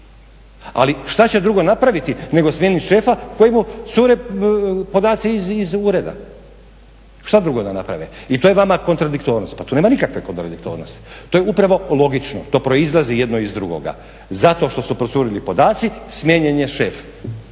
Ali šta će drugo napraviti nego smijeniti šefa kojemu cure podaci iz ureda, šta drugo da naprave. I to je vama kontradiktornost. Pa tu nema nikakve kontradiktornosti to je upravo logično to proizlazi jedno iz drugoga. Zato što su curili podaci smijenjen je šef,